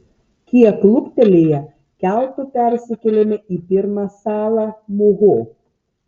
kiek luktelėję keltu persikėlėme į pirmą salą muhu